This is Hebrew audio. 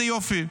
איזה יופי.